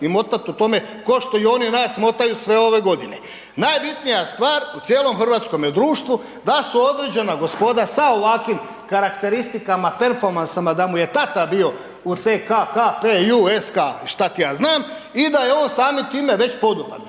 i motat o tome košto i oni nas motaju sve ove godine. Najbitnija stvar u cijelom hrvatskome društvu da su određena gospoda sa ovakvim karakteristika, performansama da mu je tata bio u CK KP JU SK i šta ti ja znam i da je on samim time već podoban.